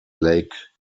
lake